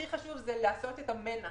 הכי חשוב זה לעשות את המנע.